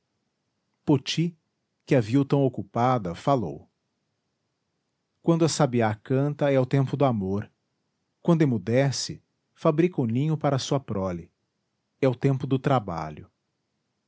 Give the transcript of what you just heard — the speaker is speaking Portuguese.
poti que a viu tão ocupada falou quando a sabiá canta é o tempo do amor quando emudece fabrica o ninho para sua prole é o tempo do trabalho